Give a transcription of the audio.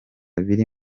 biri